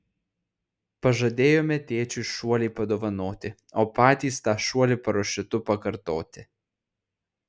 pažadėjome tėčiui šuolį padovanoti o patys tą šuolį parašiutu pakartoti